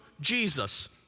Jesus